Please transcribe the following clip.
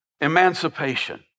emancipation